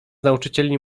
nauczycieli